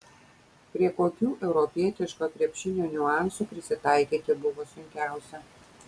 prie kokių europietiško krepšinio niuansų prisitaikyti buvo sunkiausia